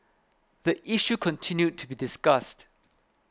the issue continued to be discussed